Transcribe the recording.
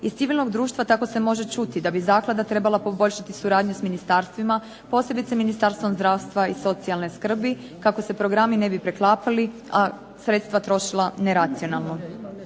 Iz civilnog društva tako se može čuti da bi zaklada trebala poboljšati suradnju s ministarstvima, posebice Ministarstvom zdravstva i socijalne skrbi kako se programi ne bi preklapali, a sredstva trošila neracionalno.